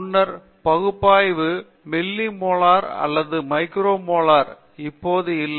முன்னர் பகுப்பாய்வு millimolar அல்லது மைக்ரோ மோலாரில் இப்போது இல்லை